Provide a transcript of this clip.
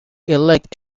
elect